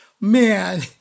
Man